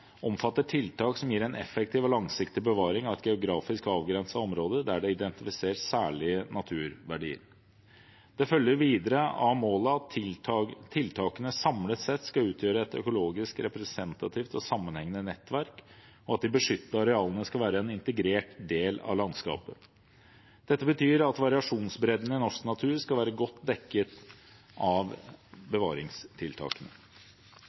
omfatter tiltak som gir en effektiv og langsiktig bevaring av et geografisk avgrenset område der det er identifisert særlige naturverdier. Det følger videre av målet at tiltakene samlet sett skal utgjøre et økologisk representativt og sammenhengende nettverk, og at de beskyttede arealene skal være en integrert del av landskapet. Dette betyr at variasjonsbredden i norsk natur skal være godt dekket av